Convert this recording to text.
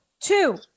two